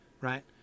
right